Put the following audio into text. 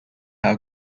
how